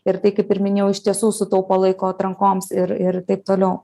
ir tai kaip ir minėjau iš tiesų sutaupo laiko atrankoms ir ir taip toliau